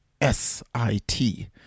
S-I-T